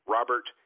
Robert